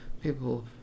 people